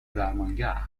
درمانگر